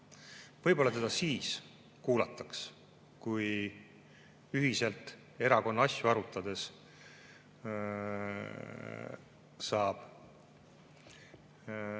Võib-olla teda siis kuulataks, kui ühiselt erakonna asju arutades saaks